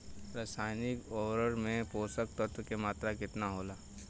रसायनिक उर्वरक मे पोषक तत्व के मात्रा केतना होला?